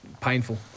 painful